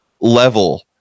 level